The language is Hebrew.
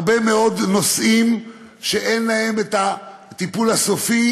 הרבה מאוד נושאים שאין להם הטיפול הסופי,